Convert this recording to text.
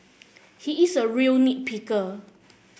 he is a real nit picker